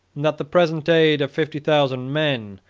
and that the present aid of fifty thousand men,